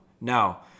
Now